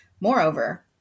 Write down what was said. Moreover